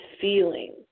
feeling